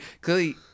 clearly